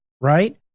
right